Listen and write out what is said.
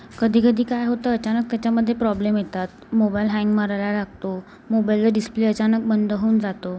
कधीकधी काय होतं अचानक त्याच्यामधे प्रॉब्लेम येतात मोबाईल हँग मारायला लागतो मोबाईलला डिस्प्ले अचानक बंद होऊन जातो